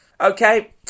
Okay